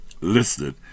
listed